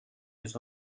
his